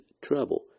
trouble